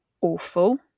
awful